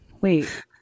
wait